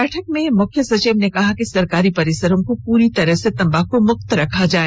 बैठक में मुख्यसचिव ने कहा कि सरकारी परिसरों को पुरी तरह से तम्बाक मुक्त रखा जाय